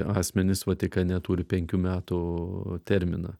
asmenys vatikane turi penkių metų terminą